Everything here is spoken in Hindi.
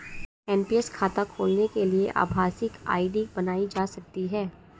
एन.पी.एस खाता खोलने के लिए आभासी आई.डी बनाई जा सकती है